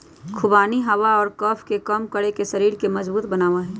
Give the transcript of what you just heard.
खुबानी हवा और कफ के कम करके शरीर के मजबूत बनवा हई